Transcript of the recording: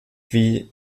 wie